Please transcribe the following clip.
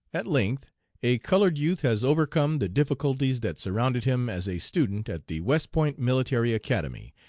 at length a colored youth has overcome the difficulties that surrounded him as a student at the west point military academy,